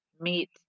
meet